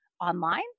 online